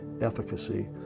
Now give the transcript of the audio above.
efficacy